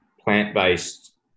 plant-based